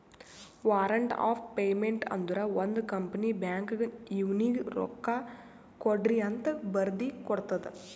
warrant of payment ಅಂದುರ್ ಒಂದ್ company ಬ್ಯಾಂಕ್ಗ್ ಇವ್ನಿಗ ರೊಕ್ಕಾಕೊಡ್ರಿಅಂತ್ ಬರ್ದಿ ಕೊಡ್ತದ್